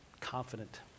Confident